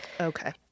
Okay